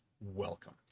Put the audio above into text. welcome